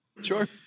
Sure